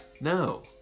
No